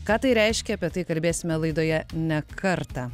ką tai reiškia apie tai kalbėsime laidoje ne kartą